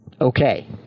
Okay